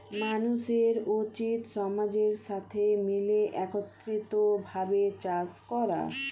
মানুষের উচিত সমাজের সাথে মিলে একত্রিত ভাবে চাষ করা